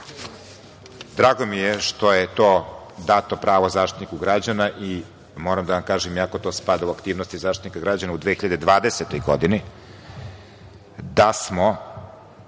mi je što je dato pravo Zaštitniku građana i moram da vam kažem iako to spada u aktivnosti Zaštitnika građana, u 2020. godini da smo